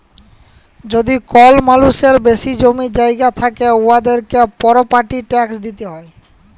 যদি কল মালুসের বেশি জমি জায়গা থ্যাকে উয়াদেরকে পরপার্টি ট্যাকস দিতে হ্যয়